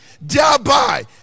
thereby